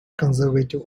conservative